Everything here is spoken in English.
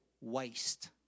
waste